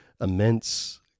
immense